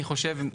אני חושב,